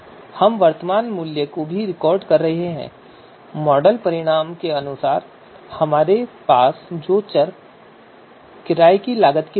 हम वर्तमान मूल्य को भी रिकॉर्ड कर रहे हैं मॉडल परिणाम के अनुसार जो हमारे पास इस चर किराए की लागत के लिए था